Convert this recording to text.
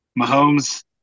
Mahomes